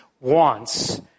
Wants